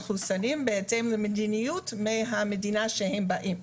בהתאם למדיניות של המדינה מהם הם באים.